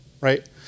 right